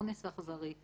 אונס אכזרי,